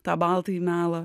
tą baltąjį melą